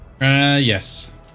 yes